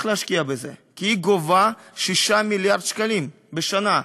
להשקיע בזה כי היא גובה 6 מיליארד שקלים בשנה.